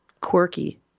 quirky